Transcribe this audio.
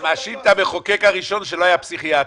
אתה מאשים את המחוקק הראשון שלא היה פסיכיאטר.